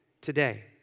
today